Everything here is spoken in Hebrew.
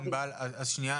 ערן,